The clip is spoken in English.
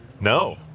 no